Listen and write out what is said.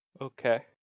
Okay